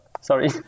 Sorry